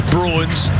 Bruins